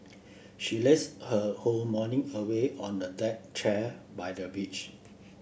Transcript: she lazed her whole morning away on a deck chair by the beach